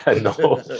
no